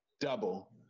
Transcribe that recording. double